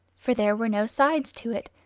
for there were no sides to it,